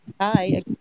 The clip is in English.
Hi